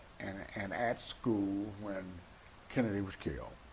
and at school when kennedy was killed.